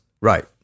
right